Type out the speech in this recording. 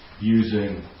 using